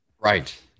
Right